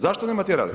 Zašto nema tjeralice?